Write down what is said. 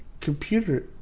Computer